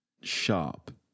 sharp